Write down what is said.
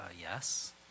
yes